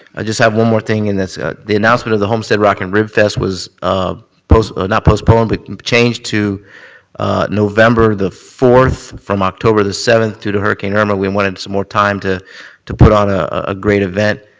i just have one more thing, and that's the announcement of the homestead rock'n ribfest was ah not postponed but changed to november the fourth from october the seventh due to hurricane irma. we wanted some more time to to put on a great event,